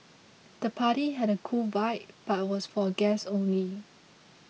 the party had a cool vibe but was for guests only